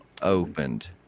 opened